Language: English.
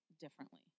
differently